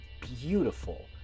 beautiful